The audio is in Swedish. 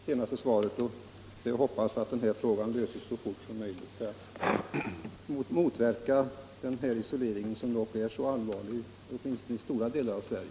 Herr talman! Jag ber att få tacka för det senaste beskedet och hoppas att den här frågan löses så snart som möjligt i syfte att motverka den isolering som är så allvarlig i stora delar av Sverige.